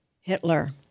Hitler